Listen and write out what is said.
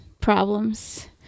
problems